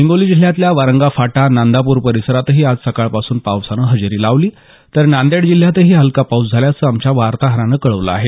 हिंगोली जिल्ह्यातल्या वारंगा फाटा नांदापूर परिसरातही आज सकाळपासून पावसाने हजेरी लावली तर नांदेड जिल्ह्यातही हलका पाऊस झाल्याचं आमच्या वार्ताहरानं कळवलं आहे